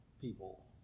people